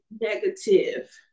negative